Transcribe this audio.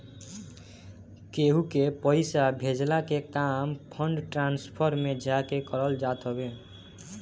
केहू के पईसा भेजला के काम फंड ट्रांसफर में जाके करल जात हवे